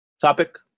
topic